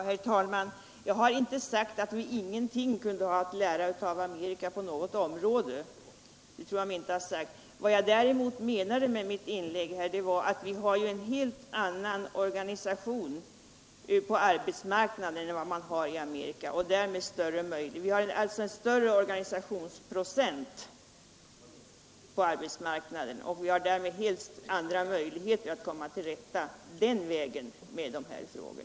Herr talman! Jag har inte sagt att vi ingenting kunde ha att lära av Amerika på något område. Vad jag menade var att vi har en helt annan organisation en större organisationsprocent på arbetsmarknaden än man har i Amerika och därmed helt andra möjligheter att den vägen komma till rätta med dessa frågor.